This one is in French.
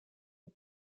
aux